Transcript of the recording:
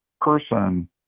person